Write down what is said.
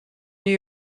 new